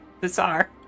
Bizarre